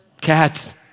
Cats